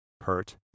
hurt